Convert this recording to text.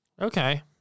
Okay